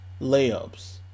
layups